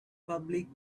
public